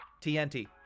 TNT